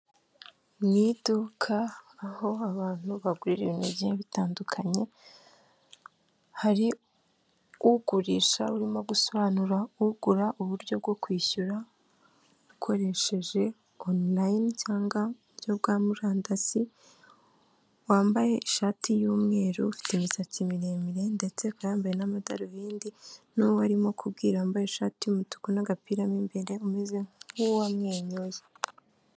Mu iduka aho abantu bagurira ibintu bigiye bitandukanye, hari ugurisha urimo gusobanura ugura uburyo bwo kwishyura, ukoresheje onurayini cyangwa mu buryo bwa murandasi, wambaye ishati y'umweru, ufite imisatsi miremire ndetse akaba yambaye n'amadarubindi, n'uwo arimo kubwira wambaye ishati y'umutuku n'agapira mo imbere, umeze nk'uwamwenyuye.